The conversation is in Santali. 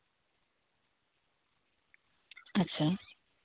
ᱟᱪᱪᱷᱟ